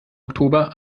oktober